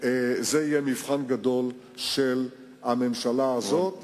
זה יהיה מבחן גדול של הממשלה הזאת.